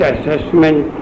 Assessment